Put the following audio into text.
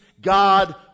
God